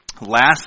Last